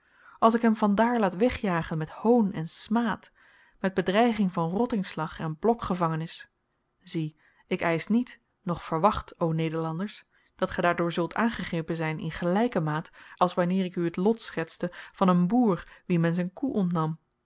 als ik hem van daar laat wegjagen met hoon en smaad met bedreiging van rottingslag en blokgevangenis zie ik eisch niet noch verwacht o nederlanders dat ge daardoor zult aangegrepen zyn in gelyke maat als wanneer ik u het lot schetste van een boer wien men zyn koe ontnam